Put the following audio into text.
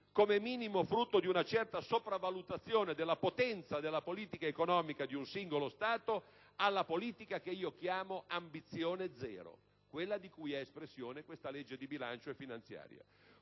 come minimo frutto di una certa sopravvalutazione della "potenza" della politica economica di un singolo Stato - alla politica che io chiamo «ambizione zero», quella di cui è espressione questa legge di bilancio e finanziaria.